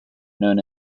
known